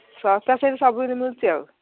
ଶସ୍ତା ସେମିତି ସବୁଠି ମିଳୁଛି ଆଉ